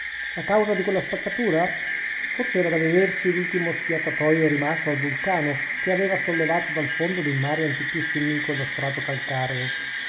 la causa di quella spaccatura forse era da vederci l'ultimo sfiatatoio rimasto al vulcano che aveva sollevato dal fondo dei mari antichissimi quello strato calcareo